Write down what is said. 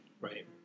Right